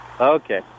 Okay